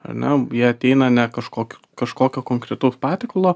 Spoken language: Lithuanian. ar ne jie ateina ne kažkokio kažkokio konkretaus patiekalo